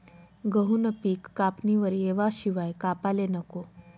गहूनं पिक कापणीवर येवाशिवाय कापाले नको